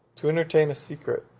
to entertain a secret,